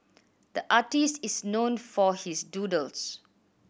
the artist is known for his doodles